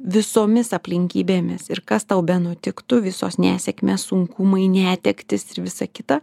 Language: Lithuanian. visomis aplinkybėmis ir kas tau benutiktų visos nesėkmės sunkumai netektys ir visa kita